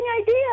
idea